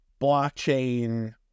blockchain